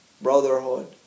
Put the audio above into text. brotherhood